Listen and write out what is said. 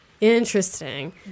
interesting